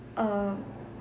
uh